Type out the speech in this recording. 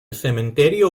cementerio